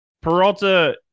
Peralta